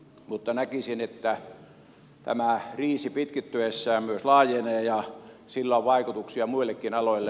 mutta näkisin että tämä kriisi pitkittyessään myös laajenee ja sillä on vaikutuksia muillekin aloille